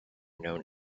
known